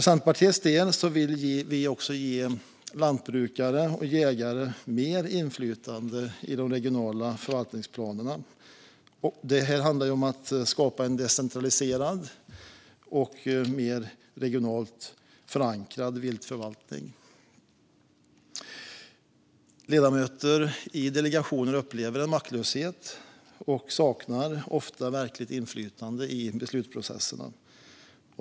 Centerpartiet vill ge lantbrukare och jägare mer inflytande i de regionala förvaltningsplanerna. Det handlar då om att skapa en decentraliserad och mer regionalt förankrad viltförvaltning. Ledamöter i delegationer upplever en maktlöshet och saknar ofta verkligt inflytande i beslutsprocesserna.